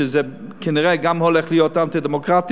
שזה כנראה גם הולך להיות אנטי-דמוקרטי,